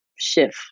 shift